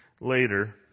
later